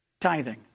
Tithing